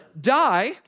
die